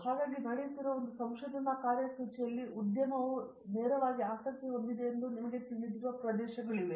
ಹಾಗಾಗಿ ನಡೆಯುತ್ತಿರುವ ಒಂದು ಸಂಶೋಧನಾ ಕಾರ್ಯಸೂಚಿಯಲ್ಲಿ ಉದ್ಯಮವು ನೇರವಾಗಿ ಆಸಕ್ತಿಯನ್ನು ಹೊಂದಿದೆಯೆಂದು ನಿಮಗೆ ತಿಳಿದಿರುವ ಪ್ರದೇಶಗಳು ಇವುಗಳಾಗಿವೆ